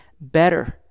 better